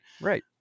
Right